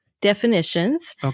definitions